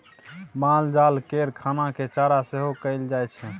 मालजाल केर खाना केँ चारा सेहो कहल जाइ छै